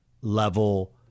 level